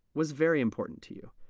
was very important to you.